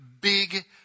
big